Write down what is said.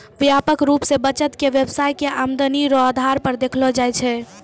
व्यापक रूप से बचत के व्यवसाय के आमदनी रो आधार पर देखलो जाय छै